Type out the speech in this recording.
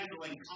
handling